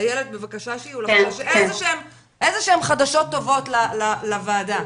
בבקשה שיהיו לך איזה שהם חדשות טובות לוועדה.